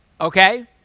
okay